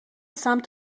سمت